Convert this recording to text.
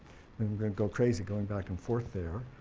and i'm going to go crazy going back and forth there.